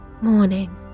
Morning